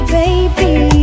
baby